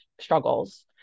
struggles